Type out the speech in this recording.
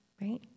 right